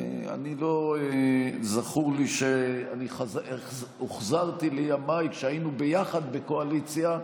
לא זכור לי שהוחזרתי לימים שהיינו ביחד בקואליציה,